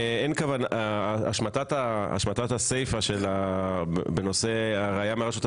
השמטת הסיפה בנושא ראיה מהרשות הפלסטינית,